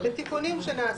-- בתיקונים שנעשים.